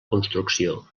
construcció